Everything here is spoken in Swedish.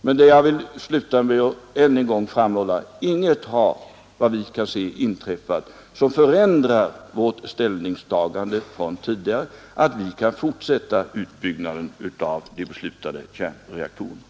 Men jag vill sluta med att än en gång framhålla: Inget har, som vi kan se, inträffat som förändrar vårt ställningstagande från tidigare, att vi kan fortsätta utbyggnaden av de beslutade kärnreaktorerna.